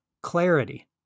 clarity